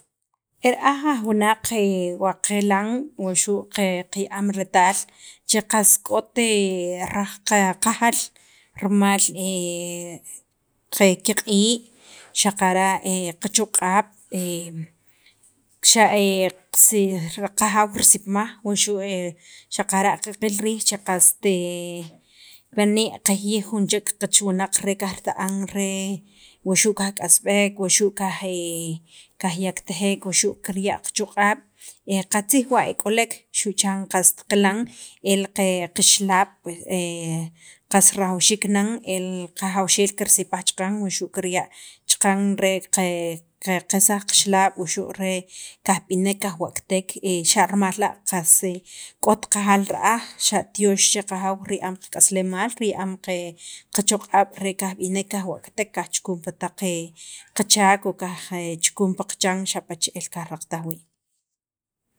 e ra'aj aj wunaq wa qilan o xu' qaya'm retaal che qast k'ot qajaal rimal qe kiq'iiq' xaqara' qachoq'ab' xa' kirsi kajaaw kirsipaj wuxu' xaqara' qaqil riij cheqast pini' qajiyij kich winaq re kajrita'an re wuxu' re kajk'asb'ek wuxu' kaj kajyakatajek wuxu' kirya' qachoq'ab' qatzij lowa' e k'olek xu' chan qast qilan el qixlab' pues qas rajawxiik nan el qajawxeel kirsipaj chaqan wuxu' kirya' chaqan re qe qalsaj qixlaab' wuxu' kajb'inek kajwa'qatek xa' rimal la' k'ot qajaal ra'aj xa' tyoox che qajaw riya'am qak'aslemaal, riya'm qe qachoq'ab' re kajb'inek kajwa'qatek kajchukun pi taq qe qachaak o kajchukun pi qachan xapa' che'el kajraqataj wii'